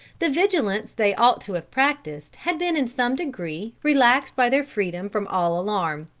the vigilance they ought to have practiced had been in some degree relaxed by their freedom from all alarm.